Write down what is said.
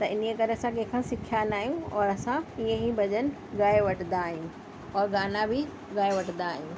त इन ई करे असां कंहिंखां सिखिया न आहियूं और असां ईअं ई भॼन गाए वठंदा आहियूं और गाना बि गाए वठंदा आहियूं